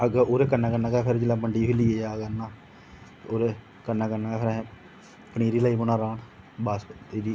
ते ओह्दे कन्नै कन्नै गै जेल्लै मंडी जा करना ते ओह्दे कन्नै कन्नै गै फिर असें पनीरी लग्गी पौना लान बासमती दी एह्दी